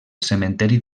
cementeri